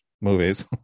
movies